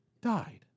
died